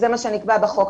זה מה שנקבע בחוק.